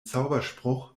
zauberspruch